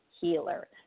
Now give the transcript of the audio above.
healer